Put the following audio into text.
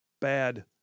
bad